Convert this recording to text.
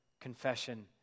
confession